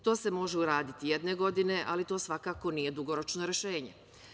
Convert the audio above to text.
To se može uraditi jedne godine, ali to svakako nije dugoročno rešenje.